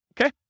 Okay